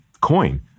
coin